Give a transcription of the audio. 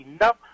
enough—